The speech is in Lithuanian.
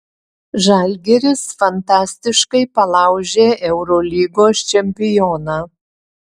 žalgiris fantastiškai palaužė eurolygos čempioną